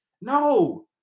No